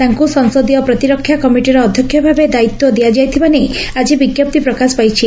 ତାଙ୍କ ସଂସଦୀୟ ପ୍ରତିରକ୍ଷା କମିଟିର ଅଧ୍ୟକ୍ଷ ଭାବେ ଦାୟିତ୍ୱ ଦିଆଯାଇଥିବା ନେଇ ଆକି ବିଙ୍କପ୍ତି ପ୍ରକାଶ ପାଇଛି